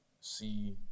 see